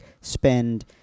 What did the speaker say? spend